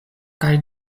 kaj